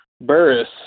burris